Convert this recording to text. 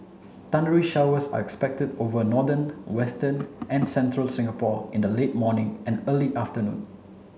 thundery showers are expected over northern western and central Singapore in the late morning and early afternoon